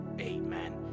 Amen